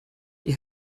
ihr